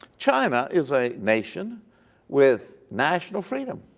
china is a nation with national freedom.